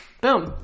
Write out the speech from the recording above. boom